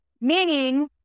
meaning